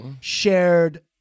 shared